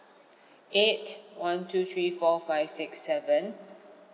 eight one two three four five six seven